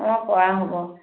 অঁ পৰা হ'ব